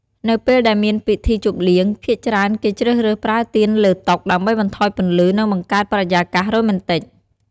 នៅពេលដែលមានពិធីជប់លៀង ភាគច្រើនគេជ្រើសរើសប្រើទៀនលើតុ ដើម្បីបន្ថយពន្លឺ និងបង្កើតបរិយាកាសរ៉ូមែនទិច។